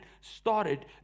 started